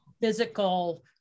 physical